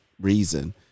reason